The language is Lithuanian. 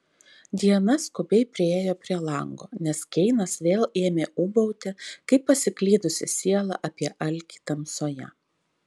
diana skubiai priėjo prie lango nes keinas vėl ėmė ūbauti kaip pasiklydusi siela apie alkį tamsoje